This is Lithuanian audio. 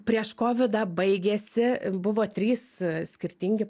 prieš kovidą baigėsi buvo trys skirtingi